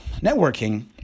networking